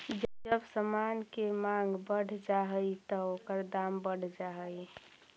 जब समान के मांग बढ़ जा हई त ओकर दाम बढ़ जा हई